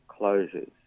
closures